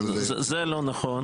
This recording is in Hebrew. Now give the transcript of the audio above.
לא, זה לא נכון.